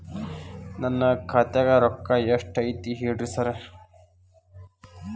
ನನ್ ಖಾತ್ಯಾಗ ರೊಕ್ಕಾ ಎಷ್ಟ್ ಐತಿ ಹೇಳ್ರಿ ಸಾರ್?